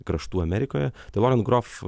kraštų amerikoje tai loren grof